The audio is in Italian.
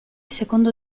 secondo